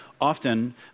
Often